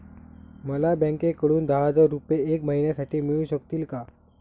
मला बँकेकडून दहा हजार रुपये एक महिन्यांसाठी मिळू शकतील का?